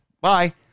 bye